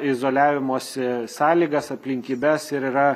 izoliavimosi sąlygas aplinkybes ir yra